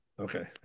Okay